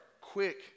quick